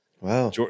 Wow